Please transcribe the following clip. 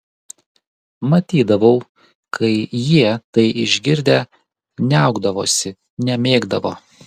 matydavau kai jie tai išgirdę niaukdavosi nemėgdavo